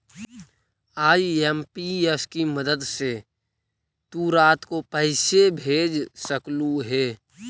IMPS की मदद से तु रात को पैसे भेज सकलू हे